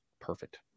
perfect